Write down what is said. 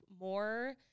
more